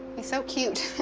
he's so cute.